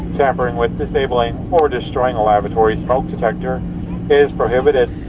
tampering with, disabling or destroying a lavatory smoke detector is prohibited.